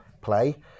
Play